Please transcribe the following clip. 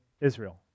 Israel